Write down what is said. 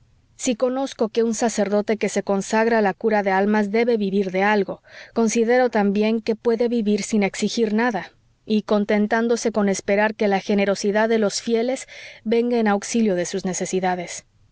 si conozco que un sacerdote que se consagra a la cura de almas debe vivir de algo considero también que puede vivir sin exigir nada y contentándose con esperar que la generosidad de los fieles venga en auxilio de sus necesidades